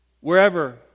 Wherever